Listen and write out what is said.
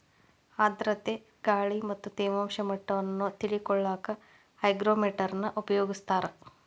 ಆರ್ಧ್ರತೆ ಗಾಳಿ ಮತ್ತ ತೇವಾಂಶ ಮಟ್ಟವನ್ನ ತಿಳಿಕೊಳ್ಳಕ್ಕ ಹೈಗ್ರೋಮೇಟರ್ ನ ಉಪಯೋಗಿಸ್ತಾರ